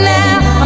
now